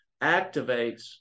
activates